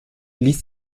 ließ